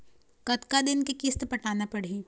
कतका दिन के किस्त पटाना पड़ही?